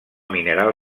mineral